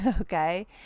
okay